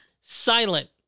silent